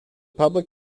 public